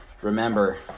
Remember